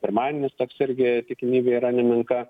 pirmadienis toks irgi tikimybė yra nemenka